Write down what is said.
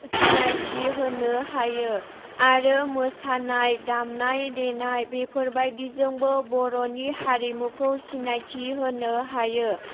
सिनायथि होनो हायो आरो मोसानाय दामनाय देनाय बेफोर बायदिजोंबो बर'नि हारिमुखौ सिनायथि होनो हायो